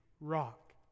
Rock